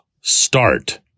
start